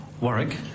Warwick